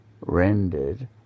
rendered